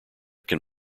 can